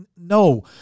no